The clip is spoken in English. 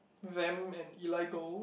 them and Eli Gold